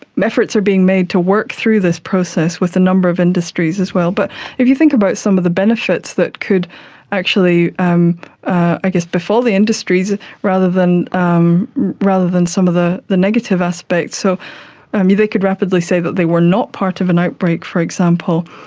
efforts are being made to work through this process with a number of industries as well. but if you think about some of the benefits that could actually um i guess befall the industries rather than um rather than some of the the negative aspects, so um they could rapidly say that they were not part of an outbreak, for example,